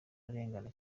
arengana